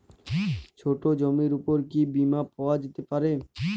ছোট জমির উপর কি বীমা পাওয়া যেতে পারে?